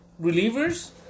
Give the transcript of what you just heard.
relievers